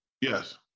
Yes